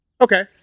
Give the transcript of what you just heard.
Okay